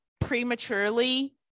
prematurely